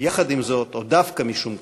עם זאת, או דווקא משום כך,